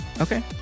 okay